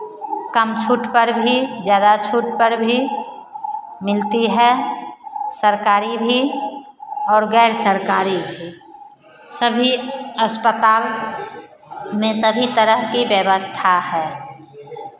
कम छूट पर भी ज़्यादा छूट पर भी मिलती है सरकारी भी और गैर सरकारी भी सभी अस्पताल में सभी तरह की व्यवस्था है